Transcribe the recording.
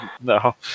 No